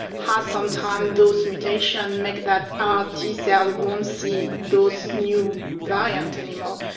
how sometimes those mutations make that our t-cell won't see those new variants anymore,